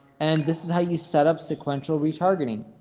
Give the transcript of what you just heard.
and this is how you set up sequential retargeting.